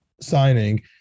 signing